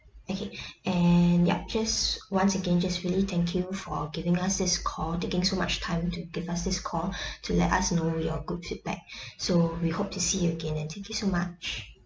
okay and yup just once again just really thank you for giving us this call taking so much time to give us this call to let us know your good feedback so we hope to see you again and thank you so much